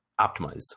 optimized